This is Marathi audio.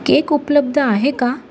केक उपलब्ध आहे का